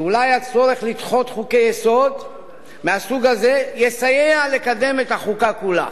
שאולי הצורך לדחות חוקי-יסוד מהסוג הזה יסייע לקדם את החוקה כולה.